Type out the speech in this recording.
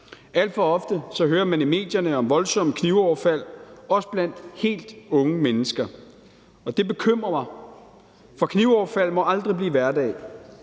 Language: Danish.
Alt for ofte hører man i medierne om voldsomme knivoverfald, også blandt helt unge mennesker, og det bekymrer mig, for knivoverfald må aldrig blive hverdag.